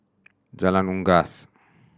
Jalan Unggas